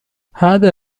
هذا